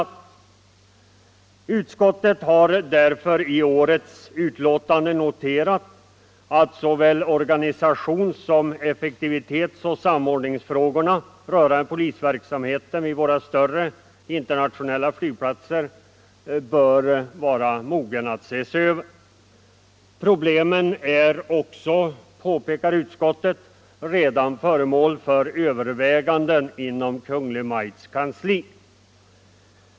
Mot denna bakgrund har utskottet i årets betänkande noterat att såväl organisationssom effektivitetsoch samordningsfrågorna rörande polisverksamheten vid våra större internationella flygplatser bör ses över. Problemen är också, påpekar utskottet, redan föremål för överväganden inom Kungl. Maj:ts kansli.